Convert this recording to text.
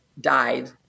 died